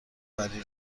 وری